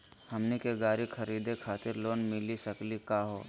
हमनी के गाड़ी खरीदै खातिर लोन मिली सकली का हो?